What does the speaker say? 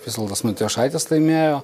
visvaldas matijošaitis laimėjo